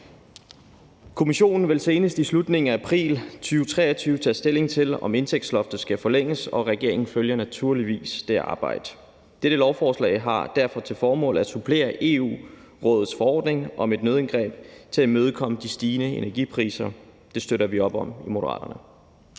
Kommissionen vil senest i slutningen af april 2023 tage stilling til, om indtægtsloftet skal forlænges, og regeringen følger naturligvis det arbejde. Dette lovforslag har derfor til formål at supplere Europarådets forordning om et nødindgreb til at imødegå de stigende energipriser. Det støtter vi op om i Moderaterne.